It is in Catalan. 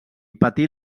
patir